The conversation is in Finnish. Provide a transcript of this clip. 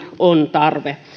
on tarve